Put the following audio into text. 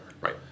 Right